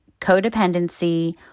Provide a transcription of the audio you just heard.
codependency